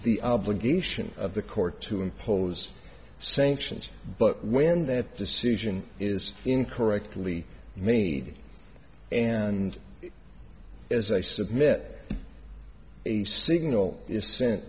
the obligation of the court to impose sanctions but when that decision is incorrectly many and as i submit a signal is sent